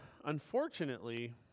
unfortunately